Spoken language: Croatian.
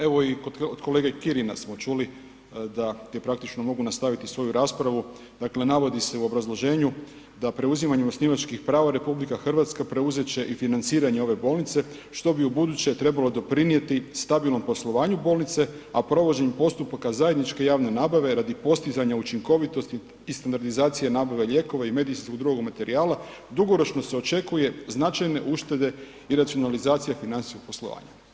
Evo i od kolege Kirina smo čuli da, gdje praktično mogu nastaviti svoju raspravu, dakle navodi se u obrazloženju da preuzimanjem osnivačkih prava RH preuzet će i financiranjem ove bolnice, što bi ubuduće trebalo doprinjeti stabilnom poslovanju bolnice, a provođenjem postupaka zajedničke javne nabave radi postizanja učinkovitosti i standardizacije nabave lijekova i medicinskog drugog materijala dugoročno se očekuje značajne uštede i racionalizacija financijskog poslovanja.